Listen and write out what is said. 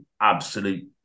absolute